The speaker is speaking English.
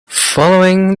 following